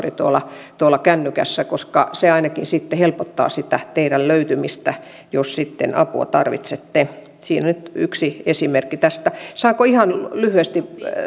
tuolla tuolla kännykässä koska se ainakin sitten helpottaa sitä teidän löytymistänne jos sitten apua tarvitsette siinä nyt yksi esimerkki tästä saanko ihan lyhyesti